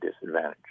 disadvantage